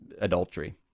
adultery